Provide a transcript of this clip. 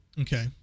Okay